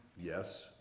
Yes